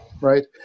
right